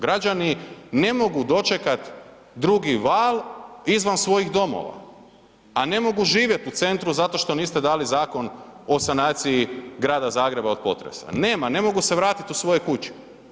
Građani ne mogu dočekat drugi val izvan svojih domova, a ne mogu živjet u centru zato što niste dali Zakon o sanaciji grada Zagreba od potresa, nema, ne mogu se vratiti u svoje kuće.